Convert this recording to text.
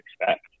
expect